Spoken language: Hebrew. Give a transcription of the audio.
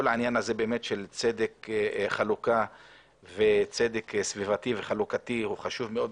כל העניין הזה של צדק חלוקתי וצדק סביבתי הוא חשוב מאוד.